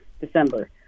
December